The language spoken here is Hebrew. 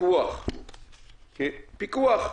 פיקוח כפיקוח,